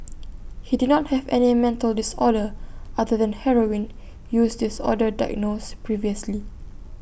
he did not have any mental disorder other than heroin use disorder diagnosed previously